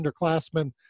underclassmen